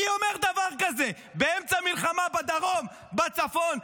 מי אומר דבר כזה באמצע מלחמה בדרום ובצפון?